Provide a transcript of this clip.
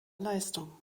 leistung